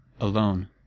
alone